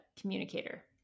communicator